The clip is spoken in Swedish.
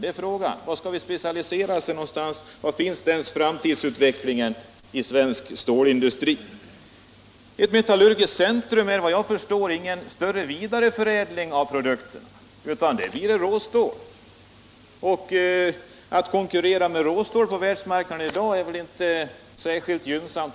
Vad skall vi specialisera oss på? Hur kommer framtidsutvecklingen att bli inom svensk stålindustri? Ett metellurgiskt centrum innebär vad jag förstår ingen direkt vidareförädling av produkterna, utan där blir det råstål. Och att konkurrera med råstål på världsmarknaden i dag är väl inte särskilt gynnsamt.